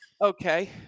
Okay